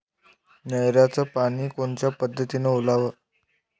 नयराचं पानी कोनच्या पद्धतीनं ओलाव?